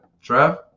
Trev